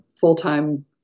full-time